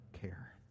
care